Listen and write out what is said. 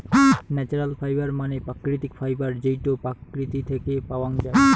natural fibre মানে প্রাকৃতিক fibre যেইটো প্রকৃতি থেকে পাওয়াঙ যাই